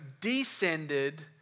descended